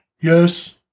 Yes